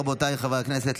רבותיי חברי הכנסת,